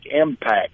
impact